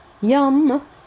Yum